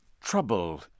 trouble